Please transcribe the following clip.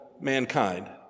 mankind